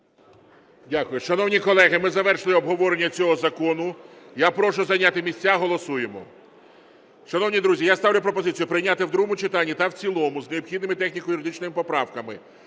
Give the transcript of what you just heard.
Дякую. Шановні колеги, ми завершили обговорення цього закону. Я прошу зайняти місця, голосуємо. Шановні друзі, я ставлю пропозицію прийняти в другому читанні та в цілому з необхідними техніко-юридичними поправками